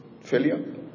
Failure